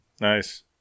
Nice